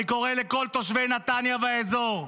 אני קורא לכל תושבי נתניה והאזור: